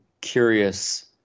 curious –